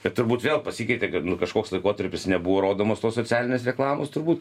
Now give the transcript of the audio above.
ir turbūt vėl pasikeitė kad nu kažkoks laikotarpis nebuvo rodomos tos socialinės reklamos turbūt